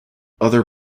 other